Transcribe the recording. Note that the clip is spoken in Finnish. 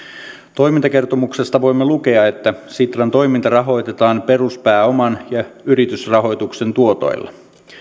toimintakertomuksesta voimme lukea että sitran toiminta rahoitetaan peruspääoman ja yritysrahoituksen tuotoilla